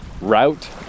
route